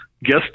guest